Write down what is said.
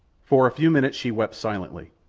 for a few minutes she wept silently,